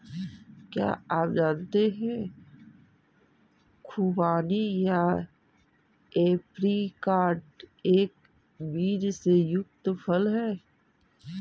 क्या आप जानते है खुबानी या ऐप्रिकॉट एक बीज से युक्त फल है?